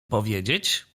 powiedzieć